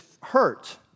hurt